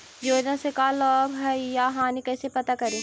योजना से का लाभ है या हानि कैसे पता करी?